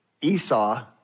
Esau